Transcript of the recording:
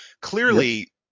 clearly